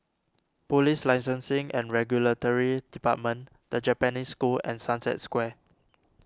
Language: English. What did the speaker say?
Police Licensing and Regulatory Department the Japanese School and Sunset Square